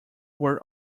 were